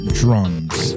drums